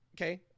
Okay